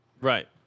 right